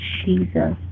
Jesus